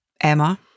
Emma